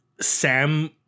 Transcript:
Sam